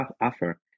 offer